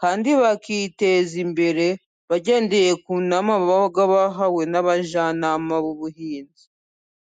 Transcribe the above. kandi bakiteza imbere bagendeye ku nama baba bahawe n'abajyanama b'ubuhinzi.